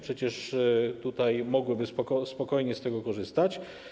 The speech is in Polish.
Przecież mogłyby spokojnie z tego korzystać.